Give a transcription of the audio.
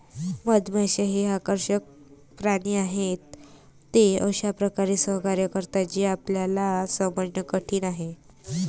मधमाश्या हे आकर्षक प्राणी आहेत, ते अशा प्रकारे सहकार्य करतात जे आपल्याला समजणे कठीण आहे